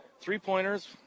Three-pointers